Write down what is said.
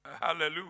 Hallelujah